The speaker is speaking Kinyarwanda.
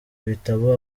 ibitabo